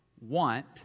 want